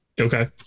okay